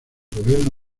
gobierno